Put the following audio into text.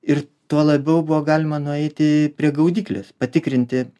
ir tuo labiau buvo galima nueiti prie gaudyklės patikrinti